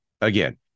Again